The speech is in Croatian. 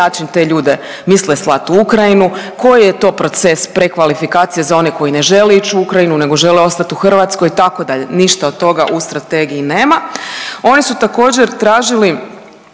način te ljude misle slat u Ukrajinu, koji je to proces prekvalifikacije za one koji ne žele ić u Ukrajinu nego žele ostat u Hrvatskoj, itd., ništa od toga u strategiji nema. Oni su također tražili